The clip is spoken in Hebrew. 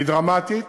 והיא דרמטית,